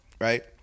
Right